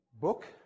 book